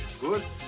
Good